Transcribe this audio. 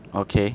okay